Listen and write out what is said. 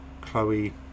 Chloe